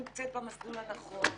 האם אני נמצאת במסלול הנכון;